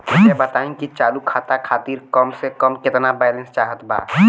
कृपया बताई कि चालू खाता खातिर कम से कम केतना बैलैंस चाहत बा